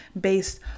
based